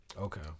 Okay